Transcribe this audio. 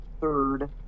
third